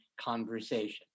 conversation